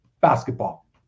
basketball